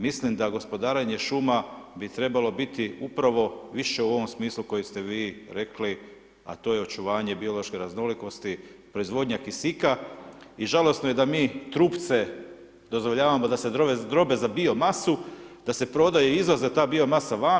Mislim da gospodarenje šuma bi trebalo biti upravo više u ovom smislu koji ste vi rekli, a to je očuvanje biološke raznolikosti, proizvodnja kisika i žalosno je da mi trupce dozvoljavamo da se drobe za biomasu, da se prodaje i izvozi ta biomasa van.